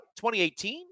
2018